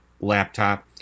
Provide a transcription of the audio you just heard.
laptop